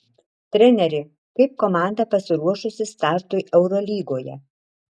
treneri kaip komanda pasiruošusi startui eurolygoje